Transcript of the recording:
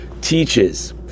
teaches